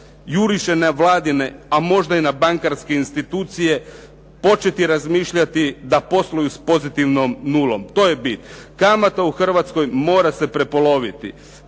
juriše na Vladine, a možda i na bankarske institucije, početi razmišljati da posluju s pozitivnom nulom. To je bit. Kamata u Hrvatskoj mora se prepoloviti.